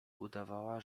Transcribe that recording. udawała